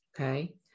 okay